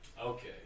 Okay